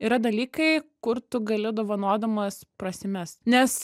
yra dalykai kur tu gali dovanodamas prasimest nes